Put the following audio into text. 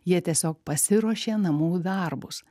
jie tiesiog pasiruošė namų darbus